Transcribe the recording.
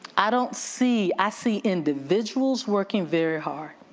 i don't see, i see individuals working very hard,